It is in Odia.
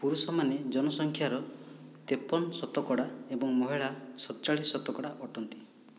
ପୁରୁଷମାନେ ଜନସଂଖ୍ୟାର ତେପନ ଶତକଡ଼ା ଏବଂ ମହିଳା ଷତଚାଲିଶ ଶତକଡ଼ା ଅଟନ୍ତି